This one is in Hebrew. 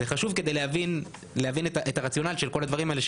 זה חשוב כדי להבין את הרציונל של כל הדברים האלה,